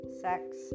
sex